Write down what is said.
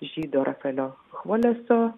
žydo rafaelio choleso